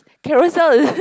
Carousell